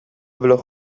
blog